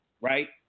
right